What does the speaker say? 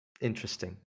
Interesting